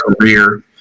career